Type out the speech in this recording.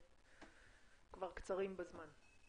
כבר קצרים בזמן.